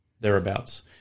thereabouts